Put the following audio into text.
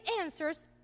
answers